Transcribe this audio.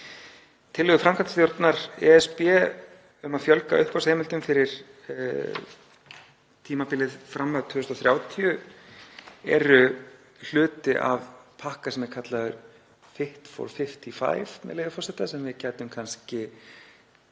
Tillaga framkvæmdastjórnar ESB um að fjölga uppboðsheimildum fyrir tímabilið fram til 2030 er hluti af pakka sem er kallaður „Fit for 55“, með leyfi forseta, sem við gætum kannski